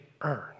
earn